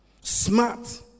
smart